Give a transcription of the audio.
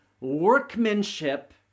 workmanship